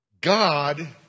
God